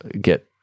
get